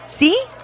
See